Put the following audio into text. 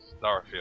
Starfield